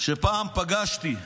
שפעם פגשתי,